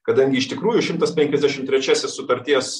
kadangi iš tikrųjų šimtas penkiasdešim trečiasis sutarties